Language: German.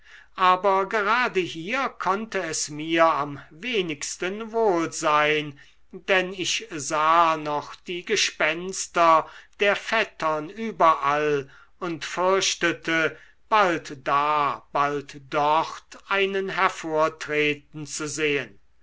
aber gerade hier konnte es mir am wenigsten wohl sein denn ich sah noch die gespenster der vettern überall und fürchtete bald da bald dort einen hervortreten zu sehen